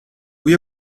cui